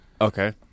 Okay